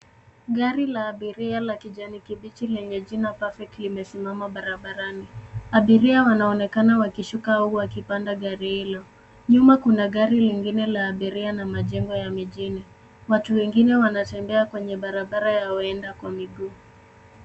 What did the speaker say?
Gari la abiria la kijani kibichi lenye jina Perfect limesimama barabarani. Abiria wanaonekana wakishuka au wakipanda gari hilo. Nyuma kuna gari lingine la abiria na majengo ya mijini. Watu wengine wanatembea kwenye barabara ya waenda kwa miguu.